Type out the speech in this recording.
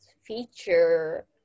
feature